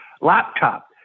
laptop